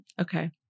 okay